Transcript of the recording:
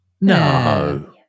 No